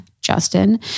Justin